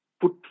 put